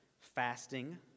fasting